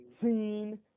Seen